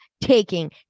taking